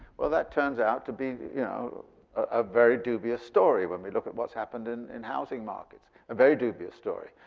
well that turns out to be you know a very dubious story when we look at what's happened in in housing markets. a very dubious story.